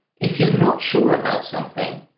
if you're not sure about something,